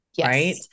right